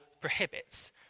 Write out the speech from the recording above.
prohibits